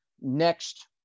next